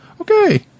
Okay